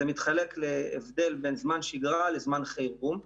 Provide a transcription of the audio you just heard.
יש הבדל בין זמן שגרה לזמן חירום.